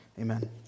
amen